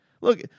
Look